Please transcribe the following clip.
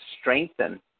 strengthen